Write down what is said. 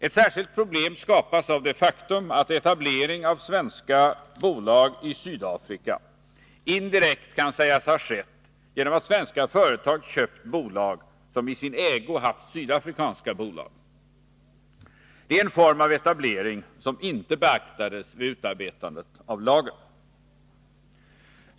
Ett särskilt problem skapas av det faktum att etablering av svenska bolag i Sydafrika indirekt kan sägas ha skett genom att svenska företag köpt bolag som i sin ägo haft sydafrikanska bolag. Det är en form av etablering som inte beaktades vid utarbetandet av lagen.